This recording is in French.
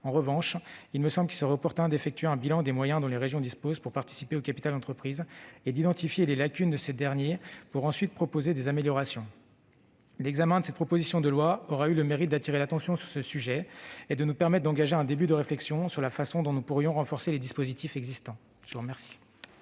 En revanche, il me semble qu'il serait opportun d'effectuer un bilan des moyens dont les régions disposent pour participer au capital d'entreprises. En identifiant leurs lacunes, on pourrait ensuite proposer des améliorations. L'examen de cette proposition de loi aura eu le mérite d'attirer notre attention sur un sujet important, et de nous permettre d'engager une réflexion sur la manière dont nous pourrions renforcer les dispositifs existants. La discussion